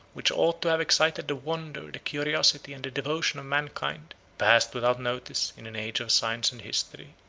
which ought to have excited the wonder, the curiosity, and the devotion of mankind, passed without notice in an age of science and history.